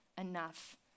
enough